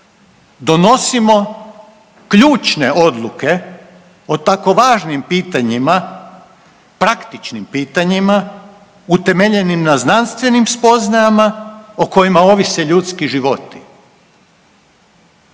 donosimo ključne odluke o tako važnim pitanjima, praktičnim pitanjima utemeljenim na znanstvenim spoznajama o kojima ovise ljudski životi.